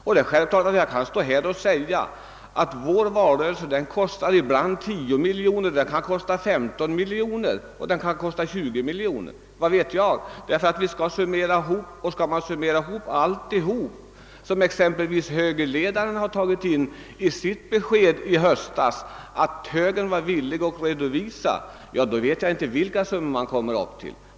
Jag kan givetvis stå här och säga att vår valrörelse ibland kostar 10 miljoner men att den ibland kostar 15 eller 20 miljoner, vad vet jag. Man måste nämligen summera ihop alltsammans, och skall man ta med allt det som högerledaren vid sitt besked i höstas sade att högern var villig att redovisa, så vet jag sannerligen inte vilka summor vi kommer upp till.